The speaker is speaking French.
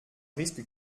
risque